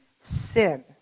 sin